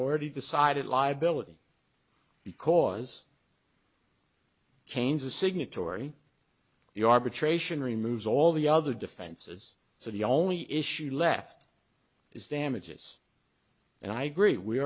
already decided liability because keynes a signatory to the arbitration removes all the other defenses so the only issue left is damages and i agree we